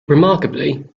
remarkably